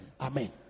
Amen